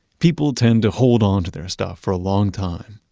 people tend to hold onto their stuff for a long time.